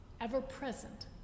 ever-present